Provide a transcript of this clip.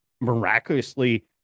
miraculously